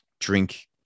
drink